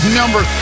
number